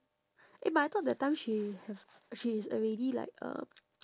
eh but I thought that time she have she is already like uh